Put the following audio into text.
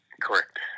Correct